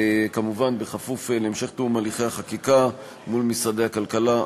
כמובן בכפוף להמשך תיאום הליכי החקיקה מול משרדי הכלכלה,